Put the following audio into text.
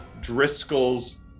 Driscoll's